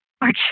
March